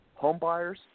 homebuyers